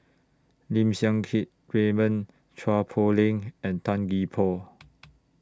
Lim Siang Keat Raymond Chua Poh Leng and Tan Gee Paw